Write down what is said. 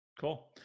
Cool